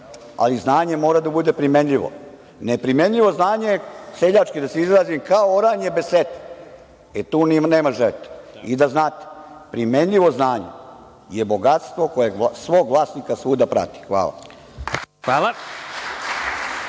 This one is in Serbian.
ali znanje mora da bude primenjivo. Neprimenjivo znanje, seljački da se izrazim, kao oranje bez setve, e tu nema žetve. Da znate, primenjivo znanje je bogatstvo koje svog vlasnika svuda prati. Hvala.